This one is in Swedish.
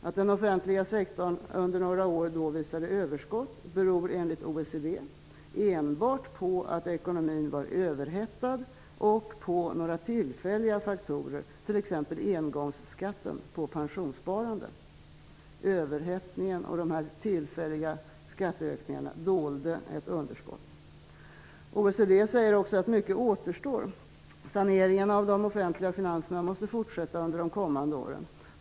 Att den offentliga sektorn under några år visade överskott beror enligt OECD enbart på att ekonomin var överhettad och på några tillfälliga faktorer, t.ex. engångsskatten på pensionssparande. Överhettningen och de tillfälliga skatteökningarna dolde ett underskott. OECD säger också att mycket återstår. Saneringen av de offentliga finanserna måste fortsätta under de kommande åren.